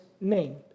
name